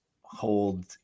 hold